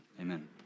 amen